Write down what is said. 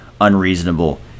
unreasonable